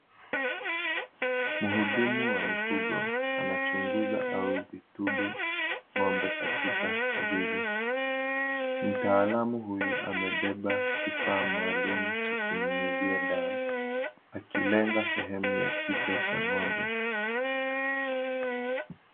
Mhudumu wa mifugo, anachunguza au kutibu ng'ombe katika zizi. Mtaalamu huyu, amebeba kifaa maalum cha kunyunyizia dawa akilenga sehemu ya kichwa cha ng'ombe.